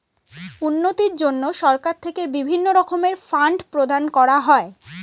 উন্নতির জন্য সরকার থেকে বিভিন্ন রকমের ফান্ড প্রদান করা হয়